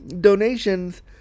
donations